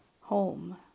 home